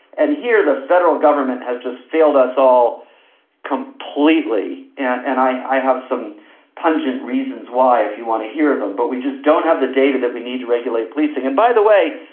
and here the federal government has just failed us all completely. and i have some pungent reasons why, if you want to hear them, but we just don't have the data that we need to regulate policing. and by the way,